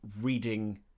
reading